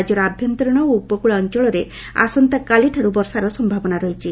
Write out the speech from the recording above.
ରାଜ୍ୟର ଆଭ୍ୟନ୍ତରୀଶ ଓ ଉପକୁଳ ଅଞଳରେ ଆସନ୍ତାକାଲିଠାରୁ ବର୍ଷାର ସୟାବନା ରହିଛି